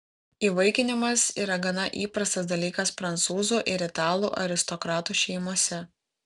įvaikinimas yra gana įprastas dalykas prancūzų ir italų aristokratų šeimose